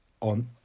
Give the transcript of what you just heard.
on